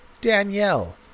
Danielle